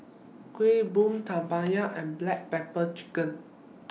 Kueh Bom Tempoyak and Black Pepper Chicken